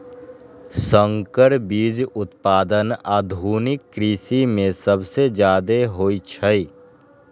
संकर बीज उत्पादन आधुनिक कृषि में सबसे जादे होई छई